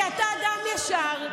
כי אתה אדם ישר,